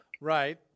Right